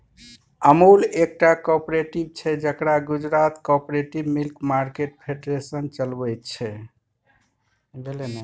अमुल एकटा कॉपरेटिव छै जकरा Gujarat cooperative milk market federation चलबै छै